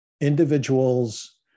individuals